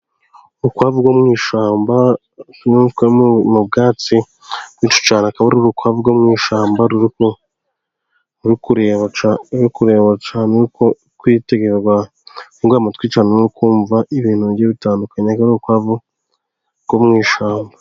Urukwavu mu ishyamba ruba ari urukwavu mu bwatsi bwishi cyane, akabura urukwavu mu ishamba rukureba kureba c kwi mutwican no uku ibintu bye bitandukanye, arikwavu ko mushamba.